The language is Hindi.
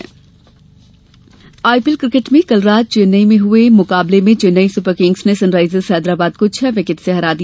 आईपीएल आईपीएल क्रिकेट में कल रात चेन्नई में हुए मुकाबले में चेन्नई सुपर किंग्स ने सनराइजर्स हैदराबाद को छह विकेट से हरा दिया